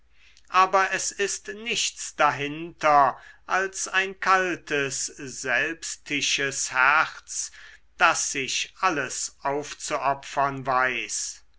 aber es ist nichts dahinter als ein kaltes selbstisches herz das sich alles aufzuopfern weiß